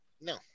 No